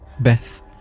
Beth